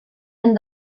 han